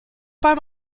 beim